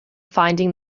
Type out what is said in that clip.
finding